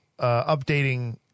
updating